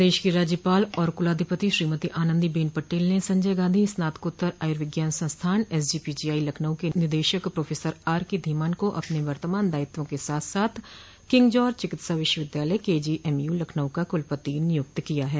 प्रदेश की राज्यपाल आर कुलाधिपति श्रीमती आनन्दीबेन पटेल ने संजय गांधी स्नातकोत्तर आयुर्विज्ञान संस्थान एसजीपीजीआई लखनऊ के निदेशक प्रोफेसर आरके धीमान को अपने वर्तमान दायित्वों के साथ साथ किंगजार्ज चिकित्सा विश्वविद्यालय केजीएमयू लखनऊ का कुलपति नियुक्त किया ह